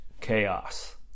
chaos